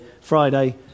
Friday